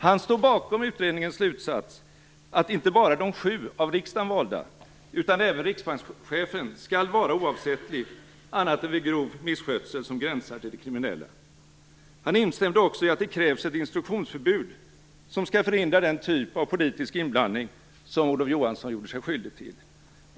Han stod bakom utredningens slutsats att inte bara de sju av riksdagen valda ledamöterna utan även riksbankschefen skall vara oavsättlig annat än vid grov misskötsel som gränsar till det kriminella. Han instämde också i att det krävs ett instruktionsförbud som skall förhindra den typ av politisk inblandning som Olof Johansson gjort sig skyldig till.